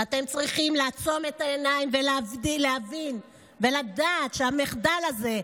ואתם צריכים לעצום את העיניים ולהבין ולדעת שהמחדל הזה,